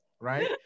right